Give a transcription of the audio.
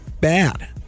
Bad